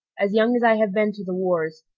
as young as i have been to the wars,